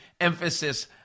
Emphasis